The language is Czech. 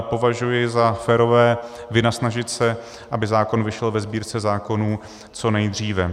Považuji za férové vynasnažit se, aby zákon vyšel ve Sbírce zákonů co nejdříve.